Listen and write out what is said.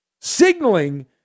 signaling